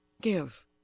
Give